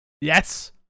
Yes